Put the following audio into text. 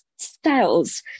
styles